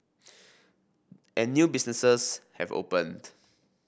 and new businesses have opened